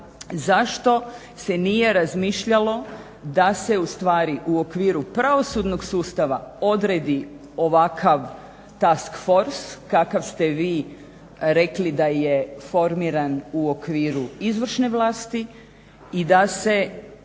zašto se nije razmišljalo da se ustvari u okviru pravosudnog sustava odredi ovakav taskforce kakav ste vi rekli da je formiran u okviru izvršne vlasti i da se